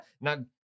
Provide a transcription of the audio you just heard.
Now